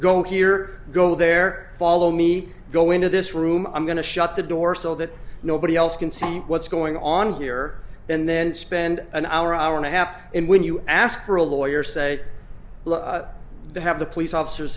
go here go there follow me go into this room i'm going to shut the door so that nobody else can see what's going on here and then spend an hour hour and a half and when you ask for a lawyer say to have the police officer